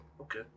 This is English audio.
Okay